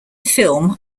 film